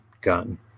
gun